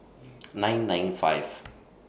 nine nine five